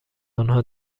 آنها